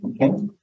Okay